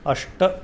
अष्ट